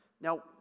Now